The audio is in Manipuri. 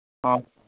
ꯑꯥ